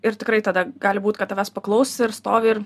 ir tikrai tada gali būt kad tavęs paklaus ir stovi ir